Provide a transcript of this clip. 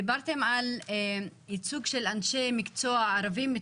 דיברתם על ייצוג של אנשי מקצוע ערבים,